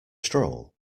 stroll